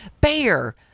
Bear